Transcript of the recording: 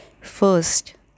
First